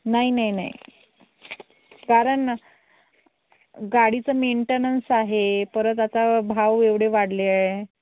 नाही नाही नाही कारण गाडीचं मेंटेनन्स आहे परत आता भाव एवढे वाढले आहे